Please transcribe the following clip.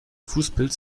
fußpilz